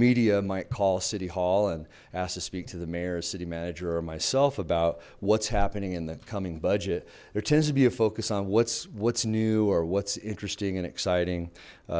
media might call city hall and ask to speak to the mayor city manager or myself about what's happening in the coming budget there tends to be a focus on what's what's new or what's interesting and exciting